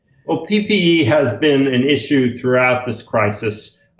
well, ppe has been an issue throughout this crisis,